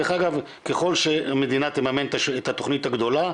דרך אגב, ככול שהמדינה תממן את התוכנית הגדולה,